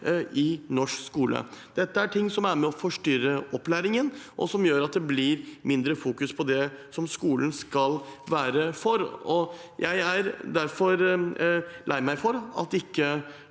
i norsk skole. Dette er ting som er med og forstyrrer opplæringen, og som gjør at det blir fokusert mindre på det som skolen skal være for. Jeg er derfor lei meg for at ikke